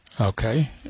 Okay